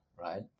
right